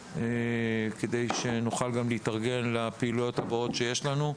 כדי שגם נוכל להתארגן לפעילויות הבאות שיש לנו.